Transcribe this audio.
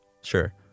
Sure